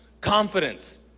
confidence